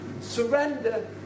Surrender